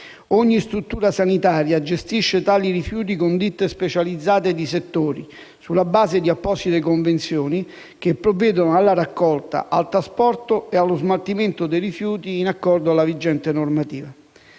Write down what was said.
Ogni struttura sanitaria gestisce tali rifiuti con ditte specializzate di settore - sulla base di apposite convenzioni - che provvedono alla raccolta, al trasporto e allo smaltimento dei rifiuti in accordo alla vigente normativa.